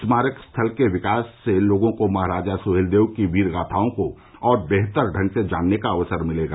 स्मारक स्थल के विकास से लोगों को महाराजा सुहेलदेव की वीर गाथाओं को और बेहतर ढंग से जानने का अवसर मिलेगा